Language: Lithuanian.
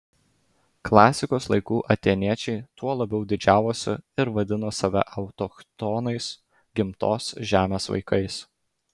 klasikos laikų atėniečiai tuo labai didžiavosi ir vadino save autochtonais gimtos žemės vaikais